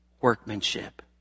workmanship